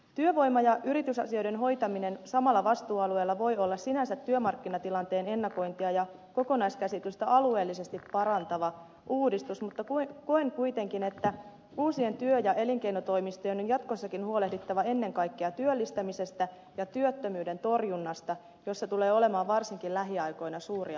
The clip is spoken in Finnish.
työvoima ja yritysasioiden hoitaminen samalla vastuualueella voi olla sinänsä työmarkkinatilanteen ennakointia ja kokonaiskäsitystä alueellisesti parantava uudistus mutta koen kuitenkin että uusien työ ja elinkeinotoimistojen on jatkossakin huolehdittava ennen kaikkea työllistämisestä ja työttömyyden torjunnasta jossa tulee olemaan varsinkin lähiaikoina suuria haasteita